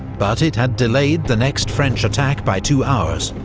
but it had delayed the next french attack by two hours,